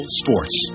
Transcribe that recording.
sports